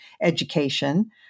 education